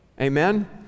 amen